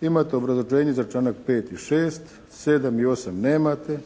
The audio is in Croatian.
imate obrazloženje za članak 5. i 6., 7. i 8. nemate,